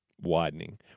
Widening